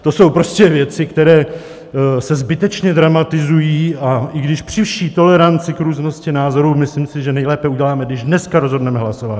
To jsou prostě věci, které se zbytečně dramatizují, a při vší toleranci k různosti názorů si myslím, že nejlépe uděláme, když dneska rozhodneme hlasováním.